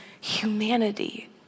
humanity